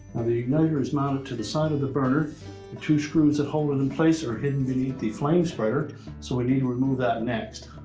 the igniter is mounted to the side of the burner, the two screws that hold it in place are hidden beneath the flame spreader, so we need to remove that next.